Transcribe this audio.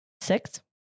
six